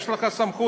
יש לך סמכות,